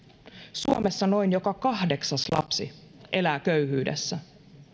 suomessa noin joka kahdeksas lapsi elää köyhyydessä